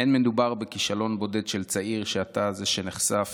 אין מדובר בכישלון בודד של צעיר שעתה זה נחשף